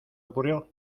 ocurrió